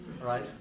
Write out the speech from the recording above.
Right